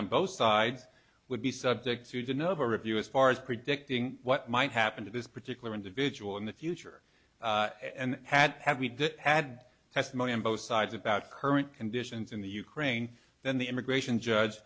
on both sides would be subject to denote a review as far as predicting what might happen to this particular individual in the future and had had we did had testimony on both sides about current conditions in the ukraine then the immigration judge